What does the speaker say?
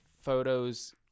photos